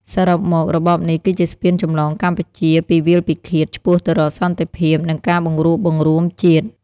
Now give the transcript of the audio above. សរុបមក របបនេះគឺជាស្ពានចម្លងកម្ពុជាពីវាលពិឃាត ឆ្ពោះទៅរកសន្តិភាព និងការបង្រួបបង្រួមជាតិ។